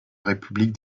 république